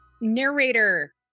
narrator